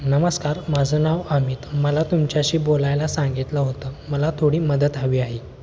नमस्कार माझं नाव अमित मला तुमच्याशी बोलायला सांगितलं होतं मला थोडी मदत हवी आहे